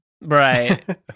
right